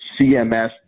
CMS